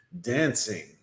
dancing